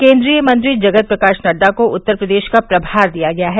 केंद्रीय मंत्री जगत प्रकाश नड्डा को उत्तर प्रदेश का प्रभार दिया गया है